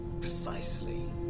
Precisely